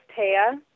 Taya